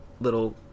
little